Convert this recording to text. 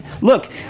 Look